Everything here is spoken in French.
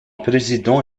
président